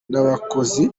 n’abakozi